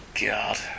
God